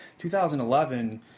2011